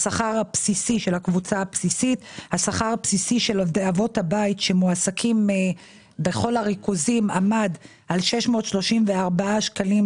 השכר הבסיסי של עובדי אבות הבית שמועסקים בכל הריכוזים עמד על 634 שקלים